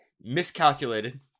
miscalculated